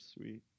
Sweet